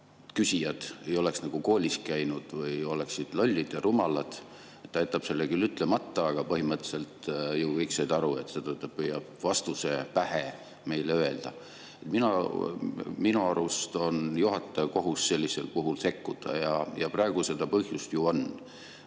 küsijad ei oleks koolis käinud või oleksid lollid ja rumalad. Ta jättis selle küll ütlemata, aga põhimõtteliselt said ju kõik aru, et seda ta püüdis vastuse pähe meile öelda. Minu arust on juhataja kohus sellisel puhul sekkuda ja praegu selleks põhjust on.